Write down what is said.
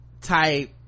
type